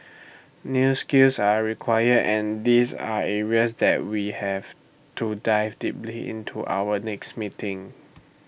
new skills are required and these are areas that we have to dive deeply into our next meeting